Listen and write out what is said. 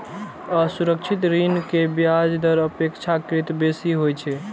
असुरक्षित ऋण के ब्याज दर अपेक्षाकृत बेसी होइ छै